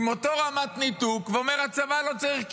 עם אותה רמת ניתוק, ואמר: הצבא לא צריך.